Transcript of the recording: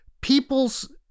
people's